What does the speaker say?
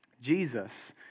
Jesus